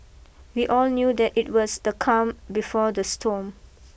we all knew that it was the calm before the storm